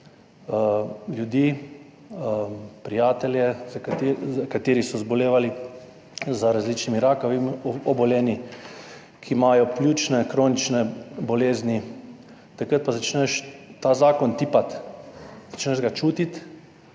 ljudi, prijatelje, ki so zbolevali za različnimi rakavimi obolenji, ki imajo kronične pljučne bolezni, takrat pa začneš ta zakon tipati, začneš ga čutiti